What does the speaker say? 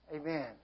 Amen